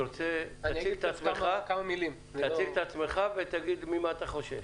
תציג את עצמך ותגיד ממה אתה חושש.